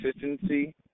consistency